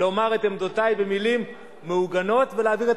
לומר את עמדותי במלים מהוגנות ולהגיד את